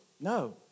No